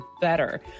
BETTER